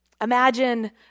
Imagine